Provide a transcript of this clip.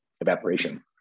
evaporation